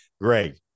Greg